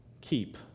Keep